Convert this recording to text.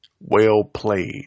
well-played